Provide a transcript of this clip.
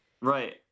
Right